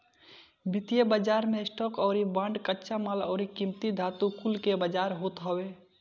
वित्तीय बाजार मे स्टॉक अउरी बांड, कच्चा माल अउरी कीमती धातु कुल के बाजार होत हवे